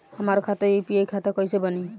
हमार खाता यू.पी.आई खाता कईसे बनी?